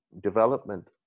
development